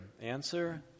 Answer